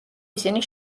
ისინი